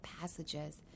passages